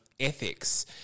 ethics